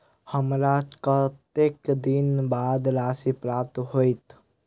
हमरा कत्तेक दिनक बाद राशि प्राप्त होइत?